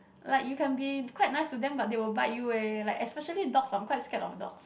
like you can be quite nice to them but they will bite you eh like especially dogs I'm quite scared of dogs